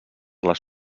les